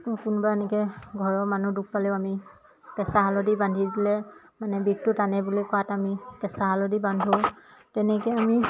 কোনোবাই এনেকৈ ঘৰৰ মানুহ দুখ পালেও আমি কেঁচা হালধি বান্ধি দিলে মানে বিষটো টানে বুলি কোৱাত আমি কেঁচা হালধি বান্ধো তেনেকৈ আমি